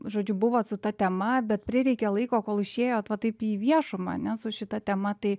žodžiu buvot su ta tema bet prireikė laiko kol išėjot va taip į viešumą ane su šita tema tai